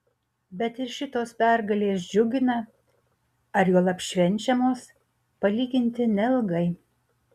bet ir šitos pergalės džiugina ar juolab švenčiamos palyginti neilgai